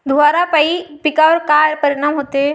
धुवारापाई पिकावर का परीनाम होते?